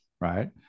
right